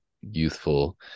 youthful